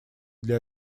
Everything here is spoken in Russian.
для